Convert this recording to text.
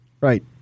Right